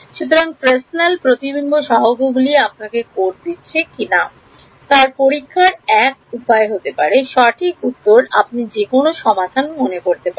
সুতরাং ফ্রেসনেল প্রতিবিম্ব সহগগুলি আপনার কোড দিচ্ছে কিনা তা পরীক্ষার এক উপায় হতে পারে সঠিক উত্তর আপনি যে কোনও সমাধান মনে করতে পারেন